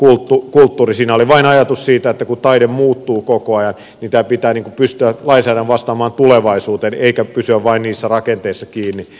siinä oli vain ajatus siitä että kun taide muuttuu koko ajan pitää pystyä lainsäädännöllä vastaamaan tulevaisuuteen eikä pysyä vain niissä rakenteissa kiinni